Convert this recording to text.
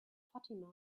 fatima